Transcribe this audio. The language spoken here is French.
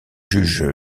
juge